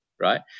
Right